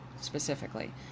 specifically